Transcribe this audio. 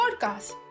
podcast